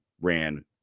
ran